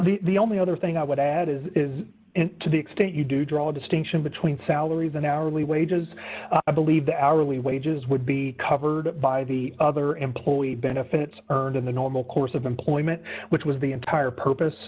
sure the only other thing i would add is to the extent you do draw a distinction between salaries and hourly wages i believe the hourly wages would be covered by the other employee benefits and in the normal course of employment which was the entire purpose